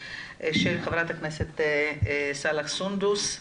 של ח"כ סאלח סונדוס.